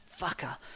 fucker